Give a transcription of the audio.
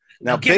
Now